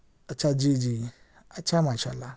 اچھا جی جی اچھا ماشاء اللہ